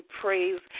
praise